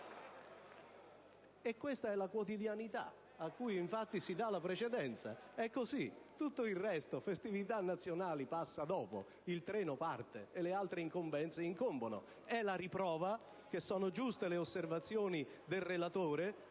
E questa è la quotidianità a cui infatti si dà la precedenza, è così. Le festività nazionali passano dopo, il treno parte e le altre incombenze incombono. È la riprova che sono giuste le osservazioni del relatore